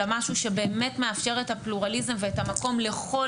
אלא משהו שבאמת מאפשר את הפלורליזם ואת המקום לכל